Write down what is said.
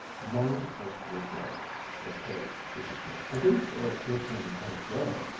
no earthly good, said page peaceably i didn't say it did him any good.